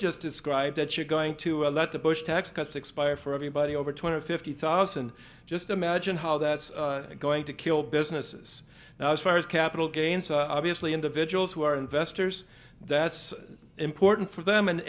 just described that you're going to let the bush tax cuts expire for everybody over two hundred fifty thousand just imagine how that's going to kill businesses now as far as capital gains so obviously individuals who are investors that's important for them and